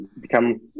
become